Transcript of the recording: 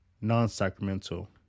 non-sacramental